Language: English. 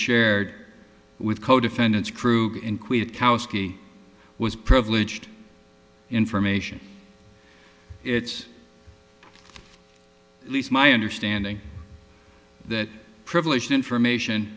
shared with co defendants kreuk inquired koski was privileged information it's at least my understanding that privileged information